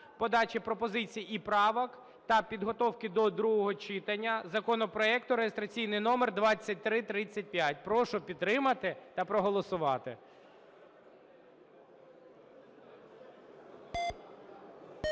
подачі пропозицій і правок та підготовки до другого читання законопроекту реєстраційний номер 2335. Прошу підтримати та проголосувати.